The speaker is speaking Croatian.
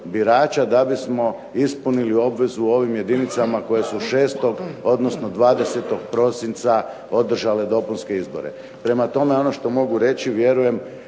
da bismo ispunili obvezu ovim jedinicama koje su 6. odnosno 20. prosinca održale dopunske izbore. Prema tome, ono što mogu reći vjerujem